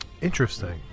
interesting